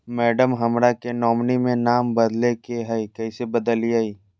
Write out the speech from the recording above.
madam, हमरा के nominee में नाम बदले के हैं, कैसे बदलिए